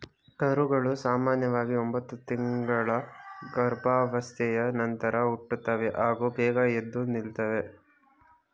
ಕರುಗಳು ಸಾಮನ್ಯವಾಗಿ ಒಂಬತ್ತು ತಿಂಗಳ ಗರ್ಭಾವಸ್ಥೆಯ ನಂತರ ಹುಟ್ಟುತ್ತವೆ ಹಾಗೂ ಬೇಗ ಎದ್ದು ನಿಲ್ತದೆ